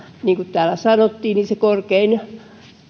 niin kuin täällä sanottiin korkein